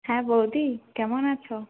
হ্যাঁ বৌদি কেমন আছো